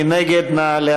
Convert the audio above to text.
מי נגד?